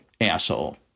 asshole